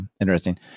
interesting